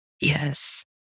Yes